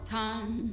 time